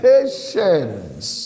Patience